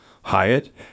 Hyatt